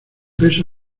peso